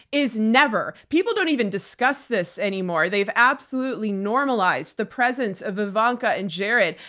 is never. people don't even discuss this anymore. they've absolutely normalized the presence of ivanka and jared.